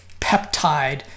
peptide